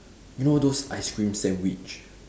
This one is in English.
you know those ice cream sandwich